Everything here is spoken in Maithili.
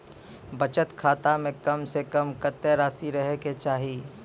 बचत खाता म कम से कम कत्तेक रासि रहे के चाहि?